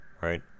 Right